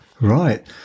Right